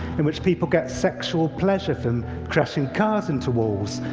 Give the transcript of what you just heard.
in which people get sexual pleasure from crashing cars into walls.